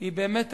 היא באמת,